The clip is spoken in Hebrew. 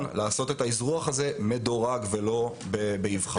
לעשות את האזרוח הזה מדורג ולא באבחה.